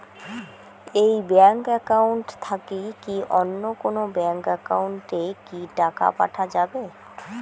এই bank account থাকি কি অন্য কোনো ব্যাংক একাউন্ট এ কি টাকা পাঠা যাবে?